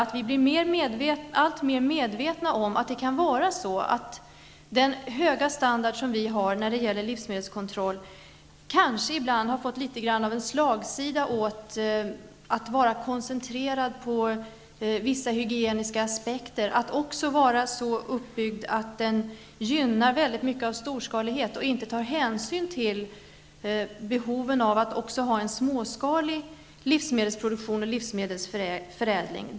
Men vi blir också alltmer medvetna om att den höga standard som vi har när det gäller livsmedelskontroll kanske ibland har fått en slagsida åt att vara koncentrerad på vissa hygieniska aspekter och åt att vara så uppbyggd att den i mycket gynnar storskalighet men inte tar hänsyn till behoven av att också ha en småskalig livsmedelsproduktion och livsmedelsförädling.